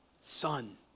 son